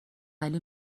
علی